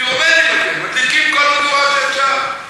פירומנים אתם, מדליקים כל מדורה שאפשר.